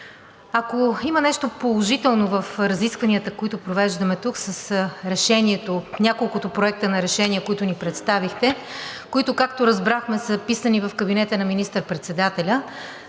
Ако има нещо положително в разискванията, които провеждаме тук, с решението – няколкото проекта на решение, които ни представихте, които, както разбрахме, са писани в кабинета на министър-председателя.